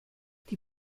die